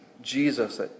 Jesus